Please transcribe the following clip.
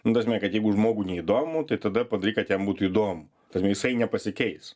ta prasme kad jeigu žmogui neįdomu tai tada padaryk kad jam būtų įdomu ta prasme jisai nepasikeis